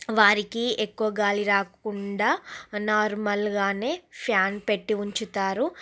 వారికి ఎక్కువ గాలి రాకుండా నార్మల్గానే ఫాన్ పెట్టి ఉంచుతారు